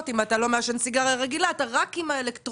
אם אתה לא מעשן סיגריה רגילה אלא אתה רק עם האלקטרונית.